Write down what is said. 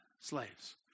slaves